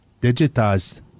digitized